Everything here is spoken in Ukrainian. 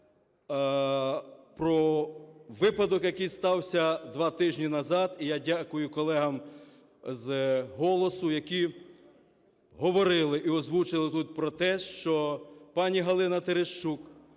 ц- е про випадок, який стався два тижні назад. І я дякую колегам з "Голосу", які говорили і озвучували тут про те, що пані Галина Терещук,